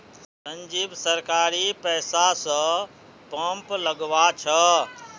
संजीव सरकारी पैसा स पंप लगवा छ